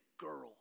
girl